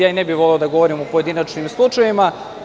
Ne bih voleo da govorim o pojedinačnim slučajevima.